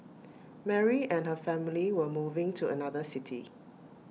Mary and her family were moving to another city